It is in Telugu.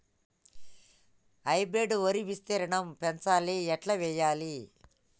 హైబ్రిడ్ వరి విస్తీర్ణం పెంచాలి ఎట్ల చెయ్యాలి?